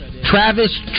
Travis